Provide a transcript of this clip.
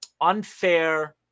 unfair